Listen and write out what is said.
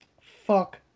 Fuck